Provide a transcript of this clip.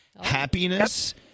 happiness